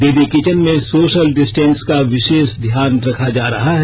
दीदी किचन में social distance का विशेष ध्यान में रखा जा रहा है